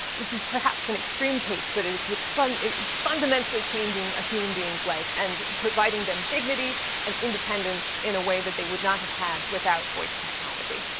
this is perhaps an extreme case, but it's it's fundamentally changing a human being's life and providing them dignity and independence in a way that they would not have had without voice technology.